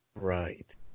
Right